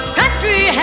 country